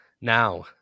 now